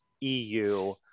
EU